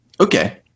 Okay